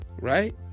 right